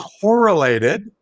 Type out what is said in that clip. correlated